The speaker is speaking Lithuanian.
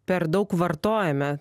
per daug vartojame